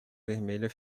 vermelha